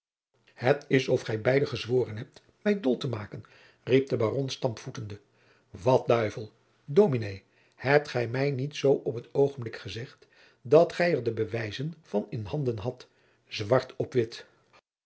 het is of gij beiden gezworen hebt mij dol te maken riep de baron stampvoetende wat duivel dominé hebt gij mij niet zoo op t oogenblik gezegd dat gij er de bewijzen van in handen hadt zwart op wit